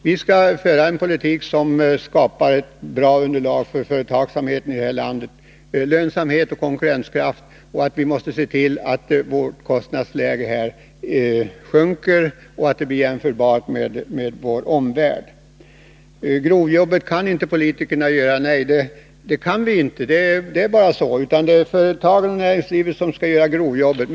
Vi skall föra en politik som skapar bra underlag för företagsamheten i detta land, med lönsamhet och konkurrenskraft för företagen, och vi måste se till att kostnadsnivån sjunker så att den blir jämförbar med vår omvärld. Nej, politikerna kan inte göra grovjobbet. Det är företagen och näringslivet som skall göra grovjobbet.